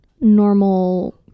normal